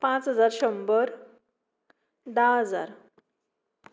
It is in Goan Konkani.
पांच हजार शंबर धा हजार